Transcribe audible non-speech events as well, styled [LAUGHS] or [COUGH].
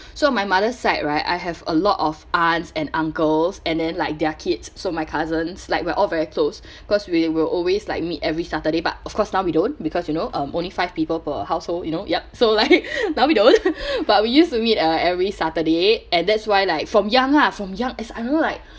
[BREATH] so my mother side right I have a lot of aunts and uncles and then like their kids so my cousins like we're all very close cause we will always like meet every saturday but of course now we don't because you know um only five people per household you know yup so like [LAUGHS] now we don't [LAUGHS] [BREATH] but we used to meet uh every saturday and that's why like from young ah from young as I remember like